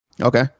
Okay